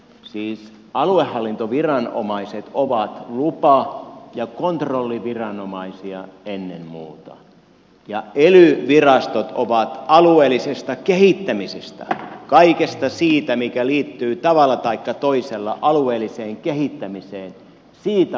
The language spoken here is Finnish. siis aluehallintoviranomaiset ovat lupa ja kontrolliviranomaisia ennen muuta ja ely virastot ovat alueellisesta kehittämisestä kaikesta siitä mikä liittyy tavalla taikka toisella alueelliseen kehittämiseen vastaava viranomainen